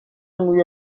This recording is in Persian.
موی